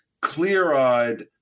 clear-eyed